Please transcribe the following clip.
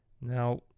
Now